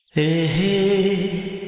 a